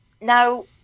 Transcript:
Now